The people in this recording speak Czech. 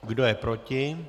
Kdo je proti?